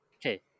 okay